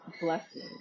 blessing